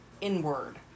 inward